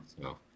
no